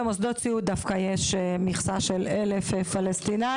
במוסדות סיעוד דווקא יש מכסה של 1,000 פלשתינאים.